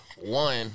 One